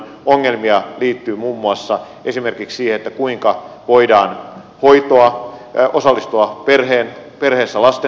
ongelmia liittyy muun muassa esimerkiksi siihen kuinka voidaan osallistua perheessä lasten hoitamiseen